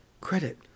Credit